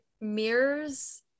mirrors